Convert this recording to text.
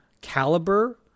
caliber